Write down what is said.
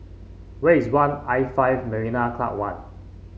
where is One I Five Marina Club One